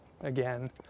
again